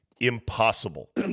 impossible